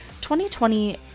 2020